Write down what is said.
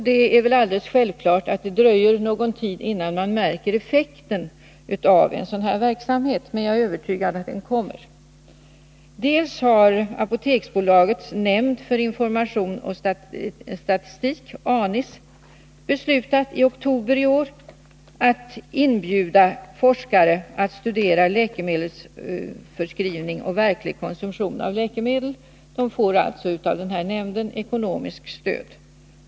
Det är självklart att det dröjer någon tid innan man märker effekten av en sådan här verksamhet, men jag är övertygad om att den kommer att visa sig. Vidare har Apoteksbolagets Nämnd för Information och Statistik, ANIS, i oktober i år beslutat att inbjuda forskare att studera läkemedelsförskrivning och verklig konsumtion av läkemedel. Forskarna får alltså av ANIS ekonomiskt stöd.